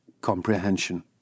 comprehension